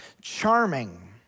Charming